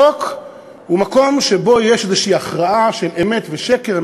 חוק הוא מקום שיש בו הכרעה כלשהי של אמת ושקר,